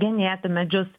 genėti medžius